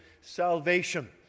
salvation